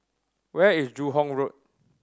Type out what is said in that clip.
where is Joo Hong Road